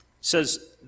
says